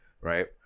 right